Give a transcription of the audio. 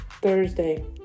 Thursday